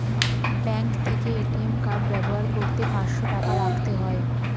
bank থেকে ATM card ব্যবহার করতে পাঁচশো টাকা রাখতে হয়